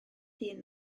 hŷn